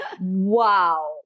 Wow